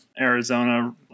Arizona